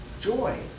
joy